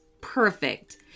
Perfect